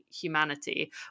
humanity